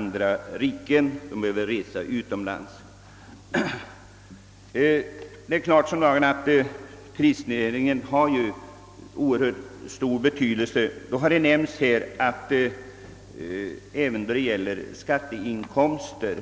nödsakade att resa utomlands. Turistnäringen har oerhört stor betydelse även då det gäller skatteinkomster.